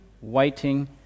waiting